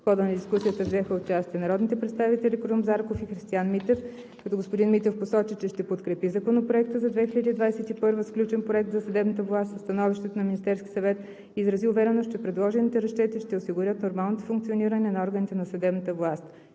хода на дискусията взеха участие народните представители Крум Зарков и Христиан Митев. Господин Митев посочи, че ще подкрепи Законопроекта за 2021 г. с включен проект за бюджет на съдебната власт със становището на Министерския съвет, като изрази увереност, че предложените разчети ще осигурят нормалното функциониране на органите на съдебната власт.